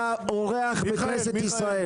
אתה אורח בכנסת ישראל.